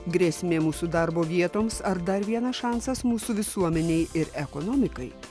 grėsmė mūsų darbo vietoms ar dar vienas šansas mūsų visuomenei ir ekonomikai